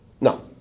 No